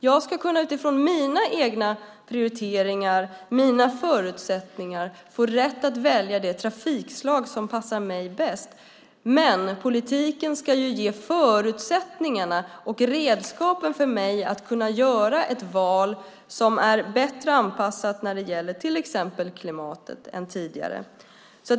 Jag ska utifrån mina egna prioriteringar och mina förutsättningar ha rätt att välja det trafikslag som passar mig bäst. Men politiken ska ge förutsättningarna och redskapen för mig, så att jag kan göra ett val som är bättre anpassat när det gäller till exempel klimatet än tidigare.